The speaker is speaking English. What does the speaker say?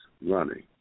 running